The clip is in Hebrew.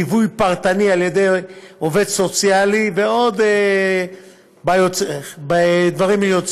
ליווי פרטני על ידי עובד סוציאלי ועוד כיוצא בזה,